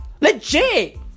Legit